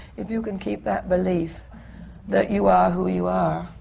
if you can keep that belief that you are who you are,